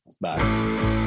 Bye